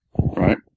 right